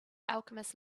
alchemist